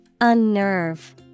Unnerve